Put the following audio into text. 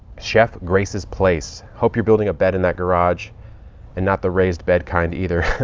chef grace's place hope you're building a bed in that garage and not the raised bed kind either.